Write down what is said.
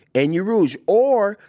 and your rouge. or,